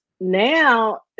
now